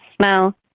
smell